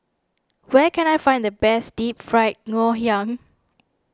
where can I find the best Deep Fried Ngoh Hiang